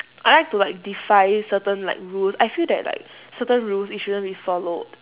I like to like defy certain like rules I feel that like certain rules it shouldn't be followed